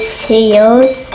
seals